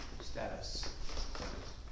status